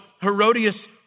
Herodias